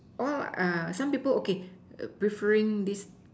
all uh some people okay preferring this